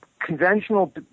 conventional